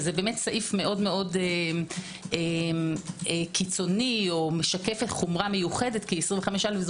זה סעיף מאוד קיצוני או משקף חומרה מיוחדת כי 25א זה